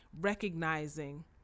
recognizing